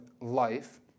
life